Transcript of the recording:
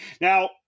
Now